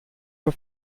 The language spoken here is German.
für